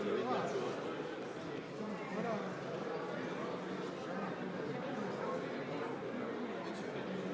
Hvala vam